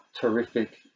terrific